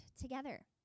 together